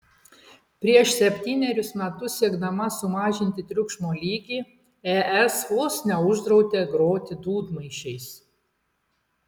prieš septynerius metus siekdama sumažinti triukšmo lygį es vos neuždraudė groti dūdmaišiais